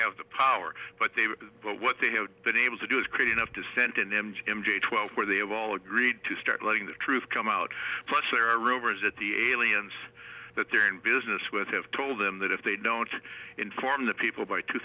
have the power but they have but what they have been able to do is create enough to send in m m j twelve where they have all agreed to start letting the truth come out plus there are rumors that the aliens that they're in business with have told them that if they don't inform the people by two